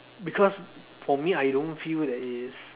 because for me I don't feel that is